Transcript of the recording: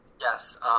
Yes